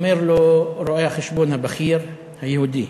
אומר לו רואה-החשבון הבכיר, היהודי,